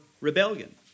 rebellion